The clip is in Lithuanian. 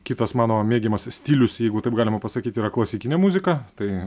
kitas mano mėgiamas stilius jeigu taip galima pasakyt yra klasikinė muzika tai